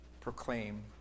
proclaim